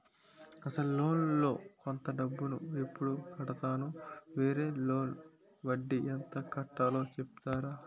అసలు లోన్ లో కొంత డబ్బు ను ఎప్పుడు కడతాను? వేరే లోన్ మీద వడ్డీ ఎంత కట్తలో చెప్తారా?